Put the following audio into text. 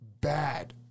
bad